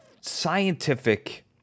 scientific